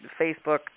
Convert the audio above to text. Facebook